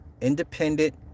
independent